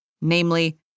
namely